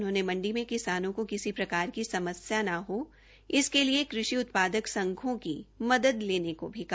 उन्होंने मंडी में किसानों को किसी प्रकार की समस्या न हो इसके लिए कृषि उत्पादक संघों की मदद लेने को भी कहा